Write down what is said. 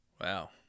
Wow